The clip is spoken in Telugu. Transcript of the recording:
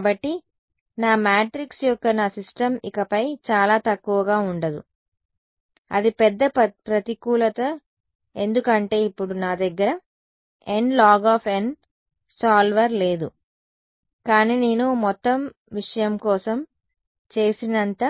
కాబట్టి నా మ్యాట్రిక్స్ యొక్క నా సిస్టమ్ ఇకపై చాలా తక్కువగా ఉండదు అది పెద్ద ప్రతికూలత ఎందుకంటే ఇప్పుడు నా దగ్గర nlog సాల్వర్ లేదు కానీ నేను మొత్తం విషయం కోసం చేసినంత